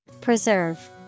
Preserve